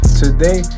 today